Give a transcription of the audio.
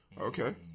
Okay